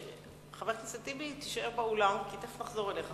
חבר הכנסת טיבי, תישאר באולם, כי תיכף נחזור אליך.